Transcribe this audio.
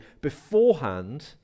beforehand